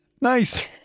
nice